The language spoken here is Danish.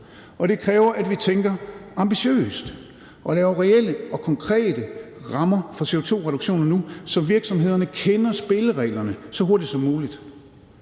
det kræver, at vi tænker ambitiøst og skaber reelle og konkrete rammer for CO2-reduktioner nu, så virksomhederne kender spillereglerne så hurtigt som muligt.